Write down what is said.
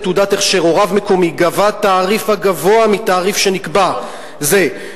תעודת הכשר או רב מקומי גבה תעריף הגבוה מתעריף שנקבע" זה,